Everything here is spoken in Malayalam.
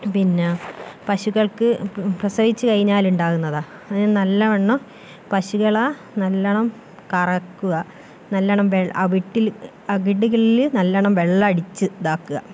പിന്നെ പശുക്കൾക്ക് പ്രസവിച്ചു കഴിഞ്ഞാൽ ഉണ്ടാകുന്നതാണ് അതിനു നല്ലവണ്ണം പശുക്കളെ നല്ലവണ്ണം കറക്കുക നല്ലവണ്ണം അവിട്ടിൽ അകിട്ടില് അകിടുകളില് നല്ലവണ്ണം വെള്ളം അടിച്ച് ഇതാക്കുക